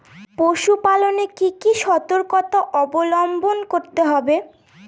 পশুপালন এ কি কি সর্তকতা অবলম্বন করতে হবে?